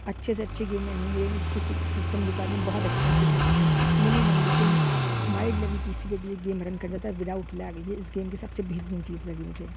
اچھے سے اچھے گیم میں نہیں ملیں گے جس کے سسٹم ریکوائرمینٹس بہت ایکسپینسو ہوتی ہے منیمم بالکل مائلڈ لیول پی سی پہ بھی یہ گیم رن کر جاتا ہے وداؤٹ لیگ یہ اس گیم کی سب سے بہترین چیز لگی مجھے